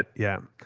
yeah.